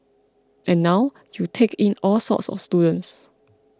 and now you take in all sorts of students